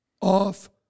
off